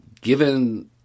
Given